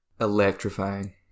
Electrifying